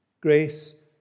Grace